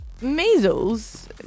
Measles